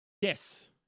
Yes